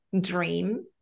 dream